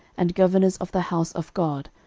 and governors of the house of god,